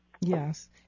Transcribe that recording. Yes